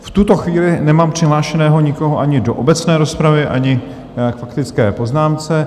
V tuto chvíli nemám přihlášeného nikoho ani do obecné rozpravy, ani k faktické poznámce.